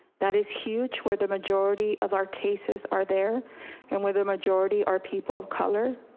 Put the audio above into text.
that is huge where the majority of our cases are there and where the majority are people of color.